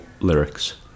lyrics